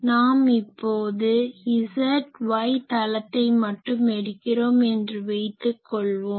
நாம் இப்போது z y தளத்தை மட்டும் எடுக்கிறோம் என்று வைத்துக் கொள்வோம்